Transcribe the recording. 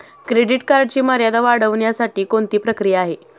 Credit कार्डची मर्यादा वाढवण्यासाठी कोणती प्रक्रिया आहे?